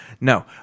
No